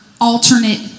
Alternate